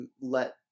let